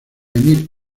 emir